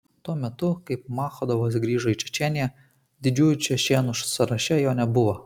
tuo metu kai maschadovas grįžo į čečėniją didžiųjų čečėnų sąraše jo nebuvo